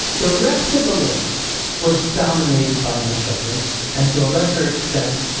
the rest of the list was dominated by my children and to a lesser extent,